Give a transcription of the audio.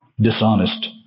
dishonest